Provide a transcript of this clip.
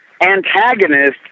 antagonist